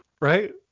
right